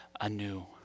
anew